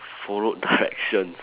followed directions